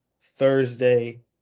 Thursday